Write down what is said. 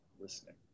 listening